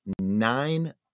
nine